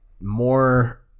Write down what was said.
more